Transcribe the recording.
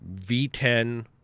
V10